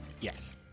yes